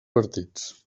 partits